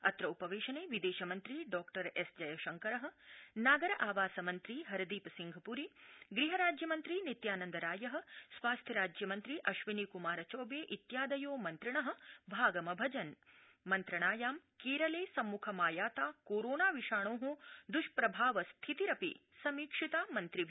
अत्र उपवेशने विदेशमन्त्री डॉ एस जयशंकर नागर आवास मन्त्री हरदीप सिंह पूरी गृहराज्यमन्त्री नित्यानन्दरायः स्वास्थ्यराज्यमन्त्री अधिनी कुमार चौबे इत्यादयो मन्त्रिणः भागमभजन् मन्त्रणायामु केरले सम्मुखमायाता कोरोना विषाणो दृष्प्रभावस्थितिरपि समीक्षिता मन्त्रिभि